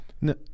No